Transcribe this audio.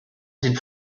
sind